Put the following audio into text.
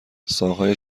ساقههای